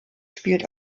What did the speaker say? spielt